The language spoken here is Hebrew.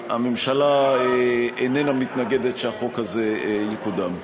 הממשלה איננה מתנגדת שהחוק הזה יקודם.